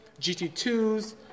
GT2s